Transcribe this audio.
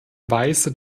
weise